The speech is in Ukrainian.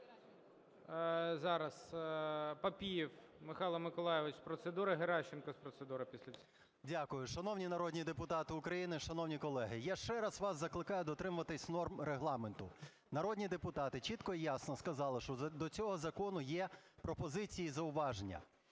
Зараз… Папієв Михайло Миколайович - з процедури. Геращенко – з процедури після цього. 12:02:39 ПАПІЄВ М.М. Дякую. Шановні народні депутати України! Шановні колеги! Я ще раз закликаю дотримуватись норм Регламенту. Народні депутати чітко і ясно сказали, що до цього закону є пропозиції і зауваження.